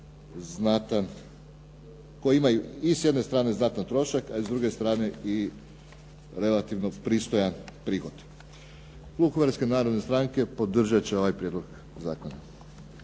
koji imaju i s jedne strane znatan trošak, a s druge strane relativno pristojan prihod. Klub Hrvatske narodne stranke podržat će ovaj prijedlog zakona.